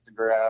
instagram